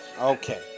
Okay